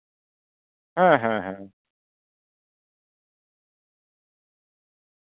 ᱦᱮᱸ ᱦᱮᱸ ᱦᱮᱸ